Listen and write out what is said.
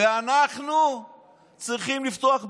ואנחנו צריכים לפתוח ביובים,